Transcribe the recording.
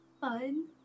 fun